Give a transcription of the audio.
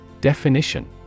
Definition